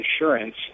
insurance